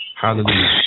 Hallelujah